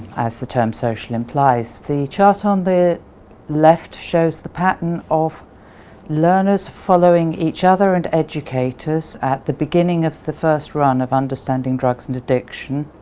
as the term social implies. the chart on the left shows the pattern of learners following each other and educators at the beginning of the first run of understanding drugs and addiction,